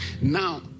Now